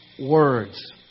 words